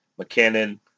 McKinnon